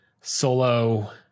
solo